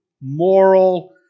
moral